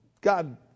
God